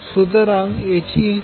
সুতরাং এটি হবে কোন